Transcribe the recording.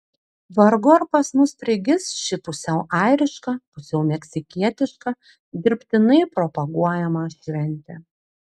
vargu ar pas mus prigis ši pusiau airiška pusiau meksikietiška dirbtinai propaguojama šventė